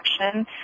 action